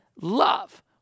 love